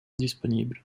disponibles